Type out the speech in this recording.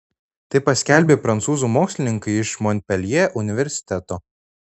tai paskelbė prancūzų mokslininkai iš monpeljė universiteto